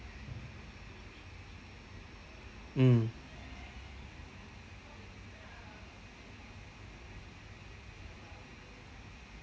mm